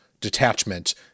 detachment